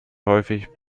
häufig